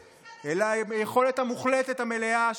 המלאה,